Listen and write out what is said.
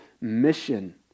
mission